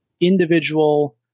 individual